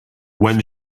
when